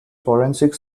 forensic